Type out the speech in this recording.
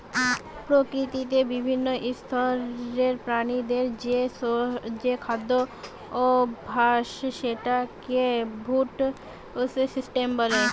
প্রকৃতিতে বিভিন্ন স্তরের প্রাণীদের যে খাদ্যাভাস সেটাকে ফুড সিস্টেম বলে